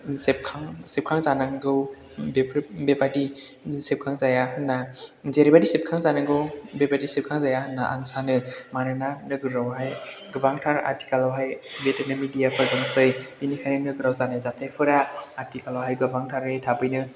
सेबखां जानांगौ बेफोर बेबायदि सेबखांजाया होनना जेरैबायदि सेबखां जानांगौ बेबायदि सेबखांजाया होनना आं सानो मानोना नोगोरावहाय गोबांथार आथिखालावहाय बिदिनो मिडिया फोर दंसै बेनिखायनो नोगोराव जानाय जाथायफोरा आथिखालावहाय गोबांथारै थाबैनो